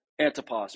Antipas